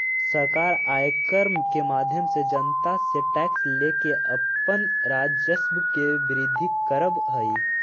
सरकार आयकर के माध्यम से जनता से टैक्स लेके अपन राजस्व के वृद्धि करऽ हई